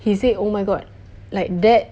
he said oh my god like that